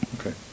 okay